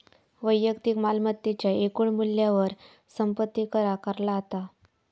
वैयक्तिक मालमत्तेच्या एकूण मूल्यावर संपत्ती कर आकारला जाता